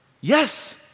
Yes